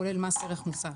כולל מס ערך מוסף,